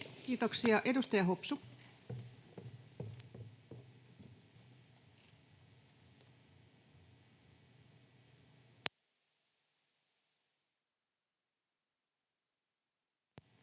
Kiitoksia. — Edustaja Hopsu. [Speech